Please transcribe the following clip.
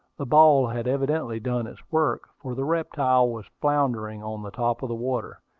the ball had evidently done its work, for the reptile was floundering on the top of the water,